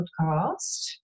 podcast